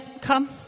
come